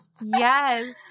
Yes